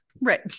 Right